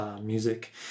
music